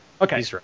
Okay